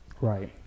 Right